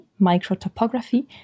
microtopography